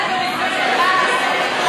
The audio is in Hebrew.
בעד הפריפריה.